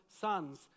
sons